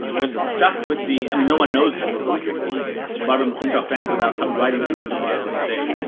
you're stuck with the, i mean, no one knows the supports because the barbara mcclintock fans will now start writing to me tomorrow and say,